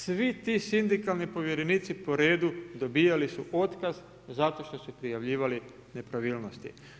Svi ti sindikalni povjerenici po redu dobijali su otkaz zato što su prijavljivali nepravilnosti.